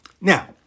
Now